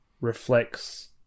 reflects